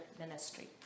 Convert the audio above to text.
ministry